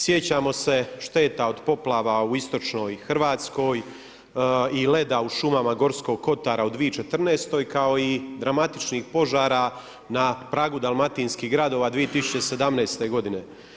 Sjećamo se šteta od poplava u Istočnoj Hrvatskoj i leda u šumama Gorskog Kotara u 2014. kao i dramatičnih požara na pragu Dalmatinskih gradova 2017. godine.